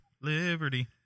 Liberty